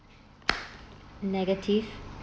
negative